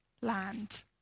land